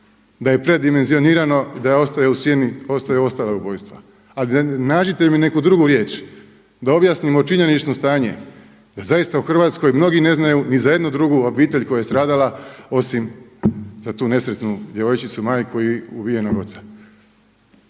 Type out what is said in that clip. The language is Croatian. da je predimenzionirano i da ostaje u sjeni ostaju ostala ubojstva. Ali nađite mi neku drugu riječ da objasnimo činjenično stanje da zaista u Hrvatskoj mnogi ne znaju ni za jednu drugu obitelj koja je stradala osim za tu nesretnu djevojčicu, majku i ubijenog oca.